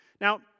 Now